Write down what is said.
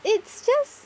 it's just